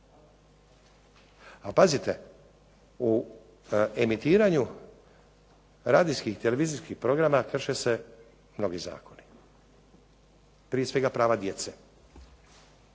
Ali pazite u emitiranju radijskih i televizijskih programa krše se mnogi zakoni, Prije svega prava djece.